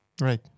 Right